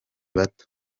bato